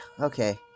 okay